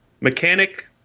mechanic